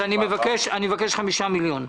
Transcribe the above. אני מבקש 5 מיליון שקל.